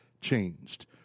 changed